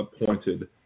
appointed